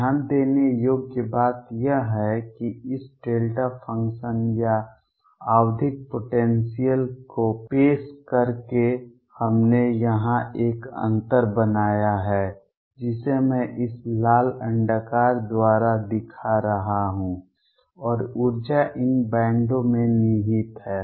ध्यान देने योग्य बात यह है कि इस डेल्टा फ़ंक्शन या आवधिक पोटेंसियल को पेश करके हमने यहां एक अंतर बनाया है जिसे मैं इस लाल अंडाकार द्वारा दिखा रहा हूं और ऊर्जा इन बैंडों में निहित है